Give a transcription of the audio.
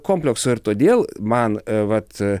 komplekso ir todėl man vat